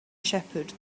shepherd